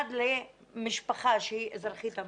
שנולד למשפחה שהיא אזרחית המדינה,